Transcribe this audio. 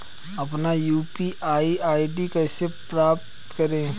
अपना UPI ID कैसे पता करें?